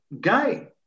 gay